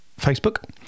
Facebook